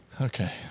Okay